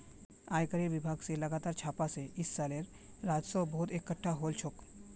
आयकरेर विभाग स लगातार छापा स इस सालेर राजस्व बहुत एकटठा हल छोक